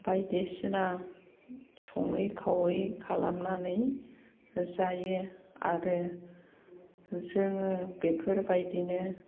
बायदिसिना सङै खावै खालामनानै जायो आरो जोङो बेफोरबायदिनो